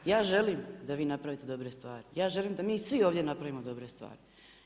Ja želim da vi napravite dobre stvari, ja želim da mi svi ovdje napravimo dobre stvari.